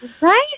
Right